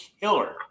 killer